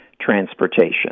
transportation